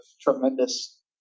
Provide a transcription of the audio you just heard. tremendous